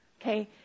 Okay